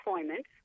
employment